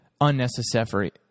unnecessary